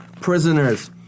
prisoners